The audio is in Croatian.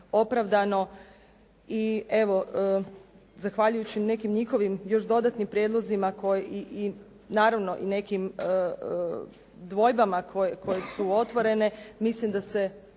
opravdano. I evo, zahvaljujući nekim njihovim još dodatnim prijedlozima, naravno i nekim dvojbama koje su otvorene mislim da se